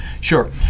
Sure